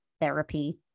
therapy